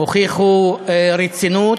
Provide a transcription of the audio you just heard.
הוכיחו רצינות.